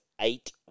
eight